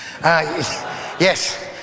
Yes